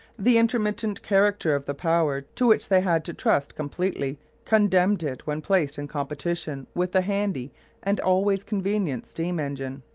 the intermittent character of the power to which they had to trust completely condemned it when placed in competition with the handy and always convenient steam-engine.